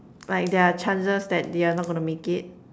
like their chances that they're not going to make it